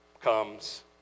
comes